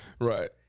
Right